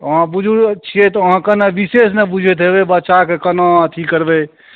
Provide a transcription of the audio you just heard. अहाँ बुजुर्ग छिए तऽ अहाँ कने विशेष ने बुझैत हेबै बच्चाके कोना अथी करबै